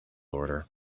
order